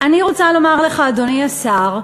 אני רוצה לומר לך, אדוני השר,